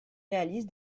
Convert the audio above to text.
réalise